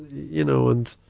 you know, and,